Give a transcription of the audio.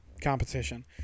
competition